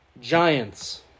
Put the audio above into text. Giants